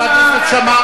את מדברת שטויות.